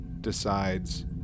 decides